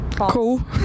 Cool